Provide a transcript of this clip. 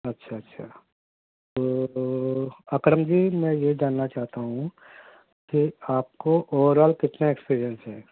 اچھا اچھا تو اکرم جی میں یہ جاننا چاہتا ہوں کہ آپ کو اوور آل کتنا ایکسپریئنس ہے